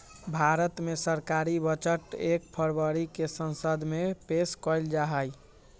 भारत मे सरकारी बजट एक फरवरी के संसद मे पेश कइल जाहई